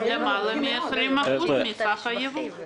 הם למעלה מ-20% מסך הייבוא.